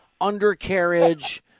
Undercarriage